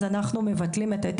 אז אנחנו מבטלים את ההיתר,